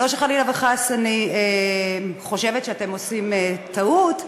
לא שחלילה וחס אני חושבת שאתם עושים טעות,